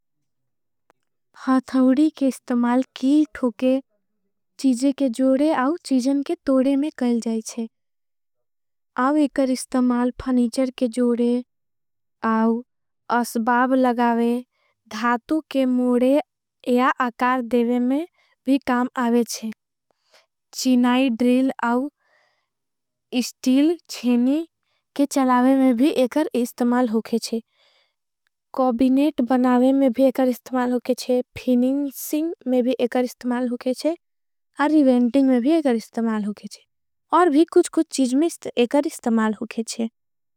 हथोड़ी के इस्तमाल कील ठोके चीजे के जोड़े आउ। चीजन के तोड़े में कल जाईछे आउ एकर इस्तमाल। फ़नीचर के जोड़े आउ असबाब लगावे धातु के मोडे। या अकार देवे में भी काम आवेच्छे चिनाई ड्रिल आउ। स्टील चेनी के चलावे में भी एकर इस्तमाल होके छे। कॉबिनेट बनावे में भी एकर इस्तमाल होके छे। फिनिंशिंग में भी एकर इस्तमाल होके छे और। रिवेंटिंग में भी एकर इस्तमाल होके छे और भी। कुछ कुछ चीज में एकर इस्तमाल होके छे।